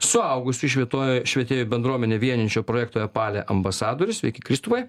suaugusių švietuo švietėjų bendruomenę vienijančio projekto epale ambasadorius sveiki kristupai